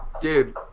Dude